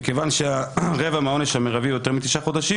מכיוון שרבע מהעונש המרבי הוא יותר מתשעה חודשים,